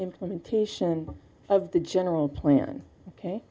implementation of the general plan ok